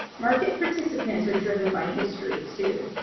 market participants are driven by history, too.